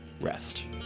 rest